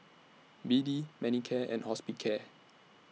B D Manicare and Hospicare